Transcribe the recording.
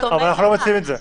אבל, אנחנו לא מציעים את זה.